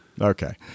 Okay